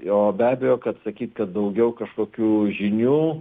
jo be abejo kad sakyt kad daugiau kažkokių žinių